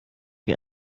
wie